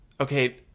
okay